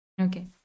Okay